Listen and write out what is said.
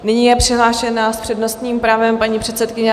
Nyní je přihlášena s přednostním právem paní předsedkyně.